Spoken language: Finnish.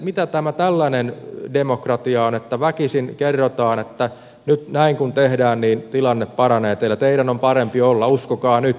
mitä tämä tällainen demokratia on että väkisin kerrotaan että nyt näin kun tehdään niin tilanne paranee teillä teidän on parempi olla uskokaa nyt